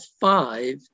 five